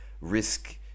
risk